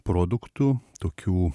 produktų tokių